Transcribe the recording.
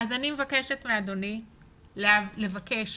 אני מבקשת מאדוני לבקש